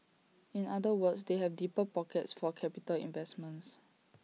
in other words they have deeper pockets for capital investments